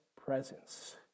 presence